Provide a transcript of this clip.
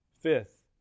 Fifth